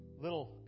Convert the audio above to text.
little